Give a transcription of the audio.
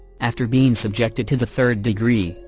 after being subjected to the third degree,